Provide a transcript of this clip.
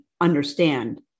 understand